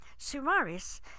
sumaris